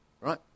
right